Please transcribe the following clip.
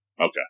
Okay